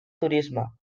turisme